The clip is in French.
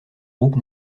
groupe